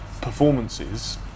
performances